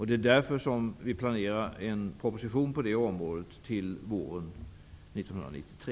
Det är därför som vi planerar en proposition på det området till våren 1993.